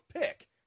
pick